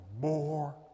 more